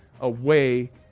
away